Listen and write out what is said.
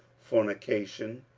fornication,